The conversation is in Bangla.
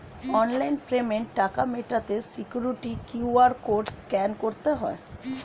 অনলাইন পেমেন্টে টাকা মেটাতে সিকিউরিটি কিউ.আর কোড স্ক্যান করতে হয়